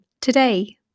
today